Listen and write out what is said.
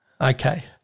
Okay